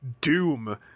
doom